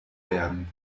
werden